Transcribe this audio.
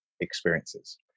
experiences